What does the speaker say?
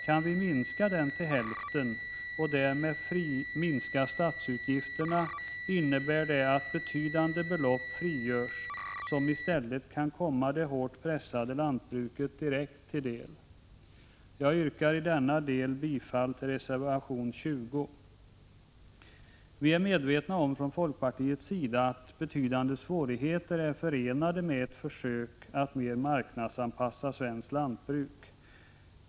Kan vi minska den till hälften och därmed minska statsutgifterpåjordbruksprodukter, m.m. na, innebär det att betydande belopp frigörs och i stället kan komma det hårt pressade lantbruket direkt till del. Jag yrkar i denna del bifall till reservation 20. Vii folkpartiet är medvetna om att betydande svårigheter är förenade med ett försök att mer marknadsanpassa svenskt lantbruk.